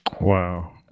Wow